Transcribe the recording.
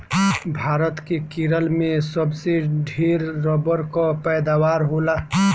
भारत के केरल में सबसे ढेर रबड़ कअ पैदावार होला